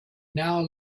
now